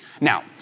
Now